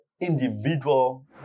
individual